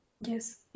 Yes